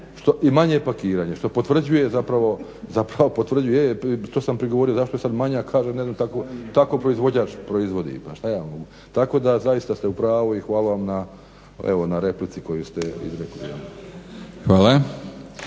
i manje je pakiranje što potvrđuje zapravo potvrđuje. E to sam prigovorio zašto je sad manja? Kaže ne znam, tako proizvođač proizvodi, pa šta ja mogu. Tako da zaista ste u pravu i hvala vam evo na replici koju ste izrekli.